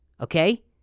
okay